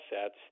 assets